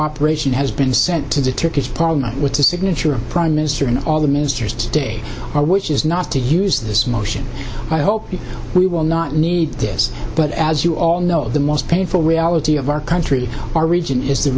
operation has been sent to the turkish parliament with the signature of prime minister and all the ministers today which is not to use this motion i hope we will not need this but as you all know the most painful reality of our country our region is the